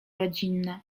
rodzinna